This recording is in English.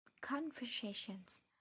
conversations